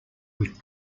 would